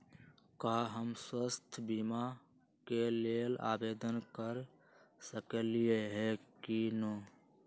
का हम स्वास्थ्य बीमा के लेल आवेदन कर सकली ह की न?